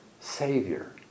Savior